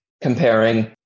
comparing